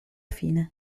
fine